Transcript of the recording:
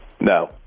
No